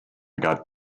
got